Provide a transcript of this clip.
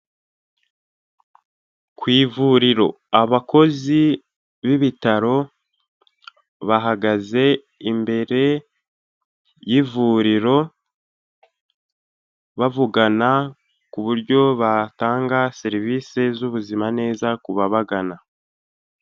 Ku ivuriro abakozi b'ibitaro bahagaze imbere y'ivuriro, bavugana ku buryo batanga serivise z'ubuzima neza ku babagana.